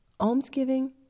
almsgiving